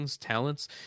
talents